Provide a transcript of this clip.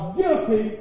guilty